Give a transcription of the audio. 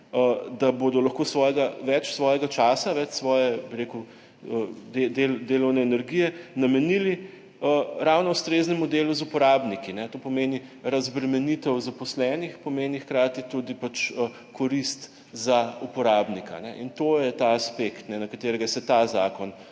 da bodo lahko več svojega časa, več svoje delovne energije namenili ravno ustreznemu delu z uporabniki. To pomeni razbremenitev zaposlenih, hkrati pa pomeni tudi korist za uporabnika. In to je ta aspekt, na katerega se ta zakon